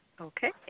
Okay